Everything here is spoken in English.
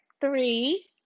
three